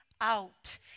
out